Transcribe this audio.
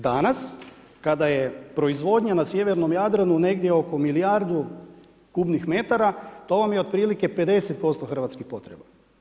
Danas kada je proizvodnja na sjevernom Jadranu negdje oko milijardu kubnih metara to vam je otprilike 50% hrvatskih potreba.